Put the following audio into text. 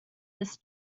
this